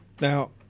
Now